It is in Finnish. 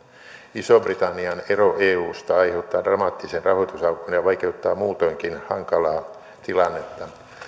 ison britannian ero eusta aiheuttaa dramaattisen rahoitusaukon ja vaikeuttaa muutoinkin hankalaa tilannetta